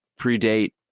predate